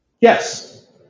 Yes